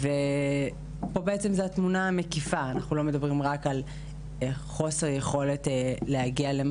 אנחנו מעבירים את כל המידע שיש